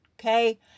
okay